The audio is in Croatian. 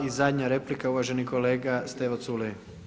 I zadnja replika uvaženi kolega Stevo Culej.